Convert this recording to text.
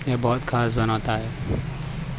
ہمیں بہت خاص بناتا ہے